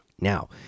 Now